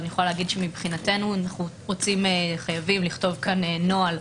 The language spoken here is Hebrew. מבחינתנו אנו חייבים לכתוב נוהל,